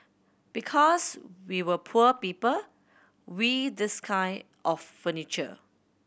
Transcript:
because we were poor people we this kind of furniture